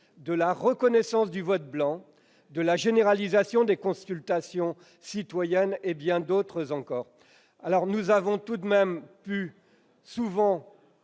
de la reconnaissance du vote blanc, de la généralisation des consultations citoyennes et de bien d'autres choses encore. En revanche, nous avons tout de même pu faire